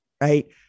Right